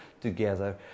together